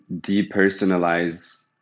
depersonalize